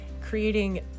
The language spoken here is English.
Creating